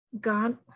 God